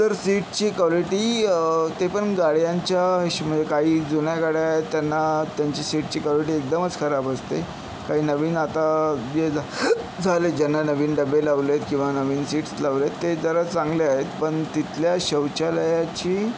तर सीटची कॉलेटी ते पण गाड्यांच्या हिश म्हणजे काही जुन्या गाड्या आहेत त्यांना त्यांची सीटची कॉलिटी एकदमच खराब असते काही नवीन आता जे झा झालंय ज्यांना नवीन डबे लावलेत किंवा नवीन सीट्स लावलेत ते जरा चांगले आहेत पण तिथल्या शौचालयाची